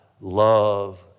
love